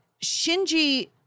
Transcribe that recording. Shinji